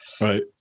Right